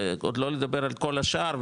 ועוד לא לדבר על כל השאר,